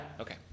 Okay